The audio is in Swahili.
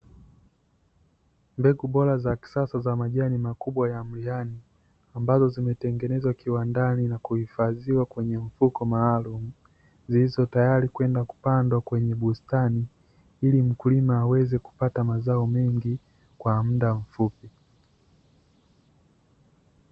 Mbegu bora za kisasa za majani makubwa ya miyani ambazo zimetengenezwa kiwandani na kuhifadhiwa kwenye mifuko maalumu zilizo tayari kwenda kupandwa kwenye bustani ili mkulima aweze kupata mazao mengi kwa muda mfupi.